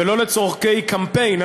ולא לצורכי קמפיין,